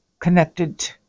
connected